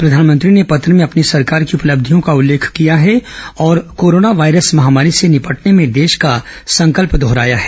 प्रधानमंत्री ने पत्र में अपनी सरकार की उपलब्धियों का उल्लेख किया है और कोरोना वायरस महामारी से निपटने में देश का संकल्प दोहराया है